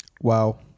Wow